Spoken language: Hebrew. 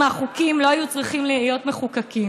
מהחוקים לא היו צריכים להיות מחוקקים.